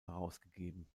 herausgegeben